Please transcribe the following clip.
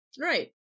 Right